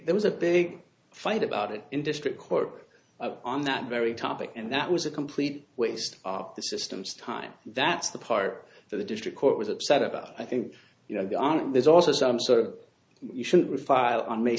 there was a big fight about it in district court on that very topic and that was a complete waste of the system's time that's the part that the district court was upset about i think you know gone and there's also some sort of you shouldn't refile on may